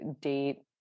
date